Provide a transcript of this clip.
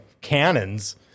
cannons